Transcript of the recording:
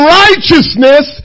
righteousness